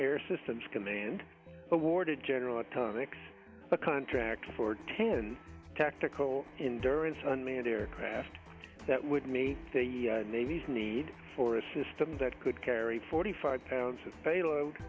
air systems command awarded general atomics a contract for ten tactical in durance unmanned aircraft that would meet the navy's need for a system that could carry forty five pounds